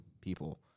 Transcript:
people